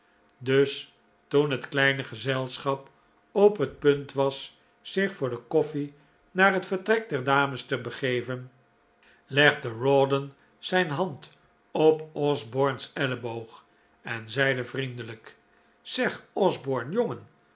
dus toen het kleine gezelschap op het punt was zich voor de koffle naar het vertrek der dames te begeven legde rawdon zijn hand op osborne's elleboog en zeide vriendelijk zeg osborne jongen